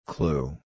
Clue